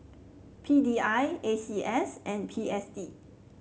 P D I A C S and P S D